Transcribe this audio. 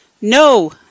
No